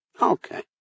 Okay